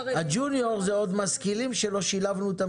הג'וניור זה משכילים שעוד לא שילבנו אותם